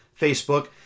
Facebook